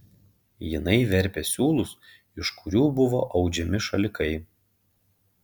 jinai verpė siūlus iš kurių buvo audžiami šalikai